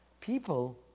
people